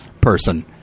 person